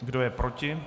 Kdo je proti?